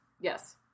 Yes